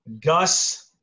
Gus